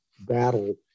battle